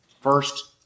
First